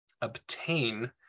obtain